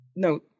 No